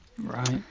Right